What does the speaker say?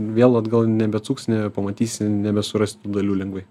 vėl atgal nebeatsuksi nepamatysi nebesurasti dalių lengvai